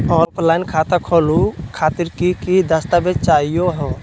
Offline खाता खोलहु खातिर की की दस्तावेज चाहीयो हो?